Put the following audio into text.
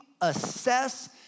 assess